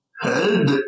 head